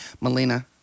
Melina